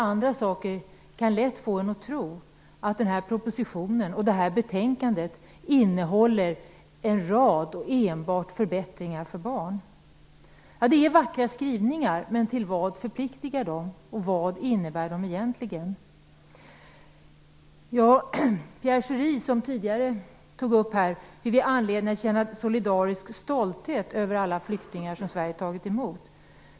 Detta och annat kan lätt göra att man tror att propositionen och betänkandet innehåller en rad enbart förbättringar för barn. Skrivningarna är vackra. Men till vad förpliktigar de, och vad innebär de egentligen? Pierre Schori tog här tidigare upp att vi har anledning att känna solidarisk stolthet över alla flyktingar som Sverige har tagit emot.